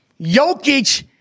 Jokic